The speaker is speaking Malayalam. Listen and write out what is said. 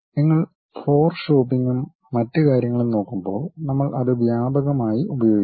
നിങ്ങൾ ഫ്ലോർ ഷോപ്പിംഗും മറ്റ് കാര്യങ്ങളും നോക്കുമ്പോൾ നമ്മൾ അത് വ്യാപകമായി ഉപയോഗിക്കും